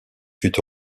fut